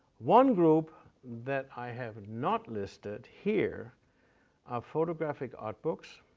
one group that i have not listed here are photographic art books,